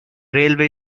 railway